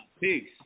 Peace